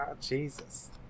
Jesus